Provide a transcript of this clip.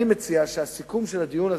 אני מציע שהסיכום של הדיון הזה,